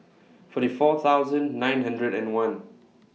forty four thousand nine hundred and one